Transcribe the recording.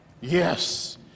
Yes